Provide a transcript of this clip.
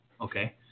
Okay